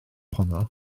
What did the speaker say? honno